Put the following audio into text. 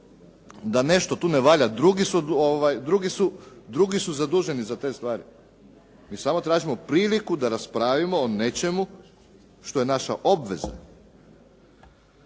da nešto tu ne valja. Drugi su zaduženi za te stvari, mi samo tražimo priliku da raspravimo o nečemu što je naša obveza.